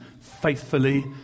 Faithfully